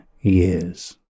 years